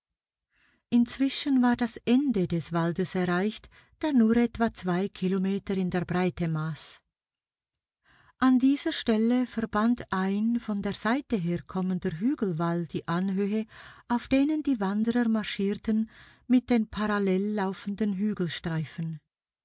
inzwischen war das ende des waldes erreicht der nur etwa zwei kilometer in der breite maß an dieser stelle verband ein von der seite her kommender hügelwall die anhöhen auf denen die wanderer marschierten mit den parallel laufenden